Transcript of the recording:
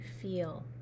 feel